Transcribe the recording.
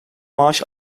maaş